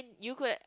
you could